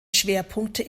schwerpunkte